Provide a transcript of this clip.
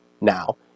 now